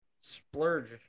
splurge